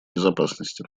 безопасности